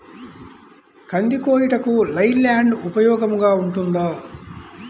కంది కోయుటకు లై ల్యాండ్ ఉపయోగముగా ఉంటుందా?